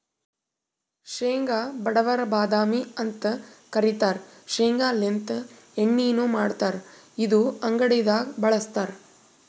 ಶೇಂಗಾ ಬಡವರ್ ಬಾದಾಮಿ ಅಂತ್ ಕರಿತಾರ್ ಶೇಂಗಾಲಿಂತ್ ಎಣ್ಣಿನು ಮಾಡ್ತಾರ್ ಇದು ಅಡಗಿದಾಗ್ ಬಳಸ್ತಾರ್